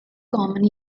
common